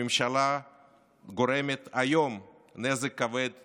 הממשלה גורמת היום נזק כבד למשק,